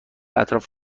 اطراف